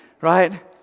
right